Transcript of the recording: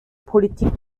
politik